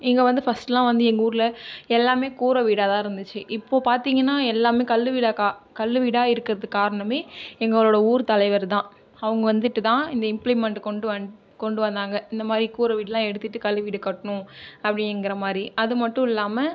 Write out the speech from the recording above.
இங்க வந்து ஃப ஃபஸ்ட்டெல்லா வந்து எங்க ஊரில் எல்லாமே கூரை வீடாதான் இருந்திச்சு இப்போது பார்த்திங்கன்னா எல்லாமே கல் வீடாக கல் வீடாக இருக்கிறதுக்கு காரணமே எங்களோட ஊர் தலைவர்தான் அவங்க வந்துட்டுதான் இந்த இம்பிளிமென்ட் கொண்டு வந் கொண்டு வந்தாங்க இந்தமாதிரி கூரை வீடுலாம் எடுத்துட்டு கல் வீடு கட்டணும் அப்பிடிங்கிற மாதிரி அதுமட்டும் இல்லாமல்